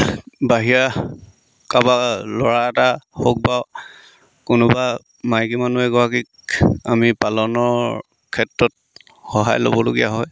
বাহিৰা কাৰোবাৰ ল'ৰা এটা হওক বা কোনোবা মাইকী মানুহ এগৰাকীক আমি পালনৰ ক্ষেত্ৰত সহায় ল'বলগীয়া হয়